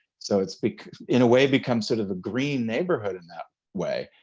so it's beco in a way become sort of a green neighborhood in that way.